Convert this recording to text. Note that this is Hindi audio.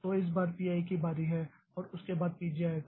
तो इस बार P i की बारी है और उसके बाद P j आएगा